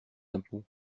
impôts